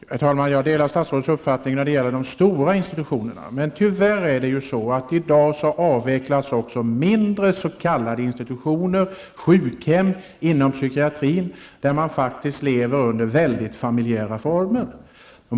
Herr talman! Jag delar statsrådets uppfattning när det gäller de stora institutionerna. Men tyvärr avvecklas i dag också mindre s.k. institutioner och sjukhem inom psykiatrin, där man faktiskt lever under väldigt familjära former.